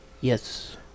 Yes